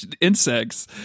insects